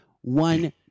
one